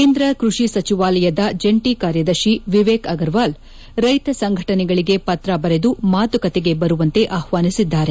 ಕೇಂದ್ರ ಕ್ಚಷಿ ಸಚಿವಾಲಯದ ಜಂಟಿ ಕಾರ್ಯದರ್ಶಿ ವಿವೇಕ್ ಅಗರ್ವಾಲ್ ರೈತ ಸಂಘಟನೆಗಳಿಗೆ ಪತ್ರ ಬರೆದು ಮಾತುಕತೆಗೆ ಬರುವಂತೆ ಆಹ್ವಾನಿಸಿದ್ದಾರೆ